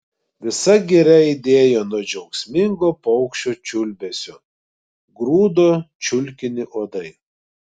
visa giria aidėjo nuo džiaugsmingo paukščių čiulbesio grūdo čiulkinį uodai